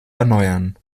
erneuern